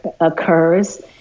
occurs